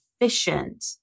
efficient